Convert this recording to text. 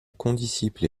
condisciple